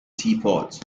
teapot